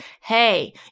hey